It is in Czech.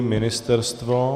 Ministerstvo?